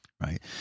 Right